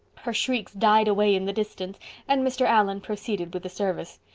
her shrieks died away in the distance and mr. allan proceeded with the service.